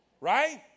Right